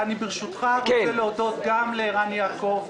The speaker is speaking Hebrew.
אני ברשותך רוצה להודות גם לערן יעקב,